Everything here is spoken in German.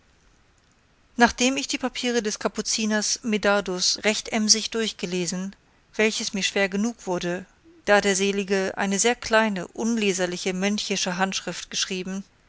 nachdem ich die papiere des kapuziners medardus recht emsig durchgelesen welches mir schwer genug wurde da der selige eine sehr kleine unleserliche mönchische handschrift geschrieben